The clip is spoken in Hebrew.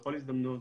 בכל הזדמנות,